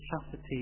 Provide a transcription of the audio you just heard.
chastity